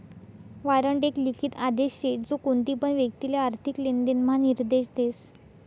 warrant एक लिखित आदेश शे जो कोणतीपण व्यक्तिले आर्थिक लेनदेण म्हा निर्देश देस